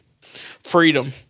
Freedom